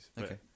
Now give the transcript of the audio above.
Okay